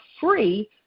free